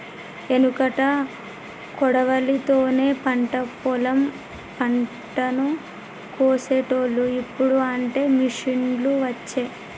ఎనుకట కొడవలి తోనే పంట పొలం పంటను కోశేటోళ్లు, ఇప్పుడు అంటే మిషిండ్లు వచ్చే